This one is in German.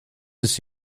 ist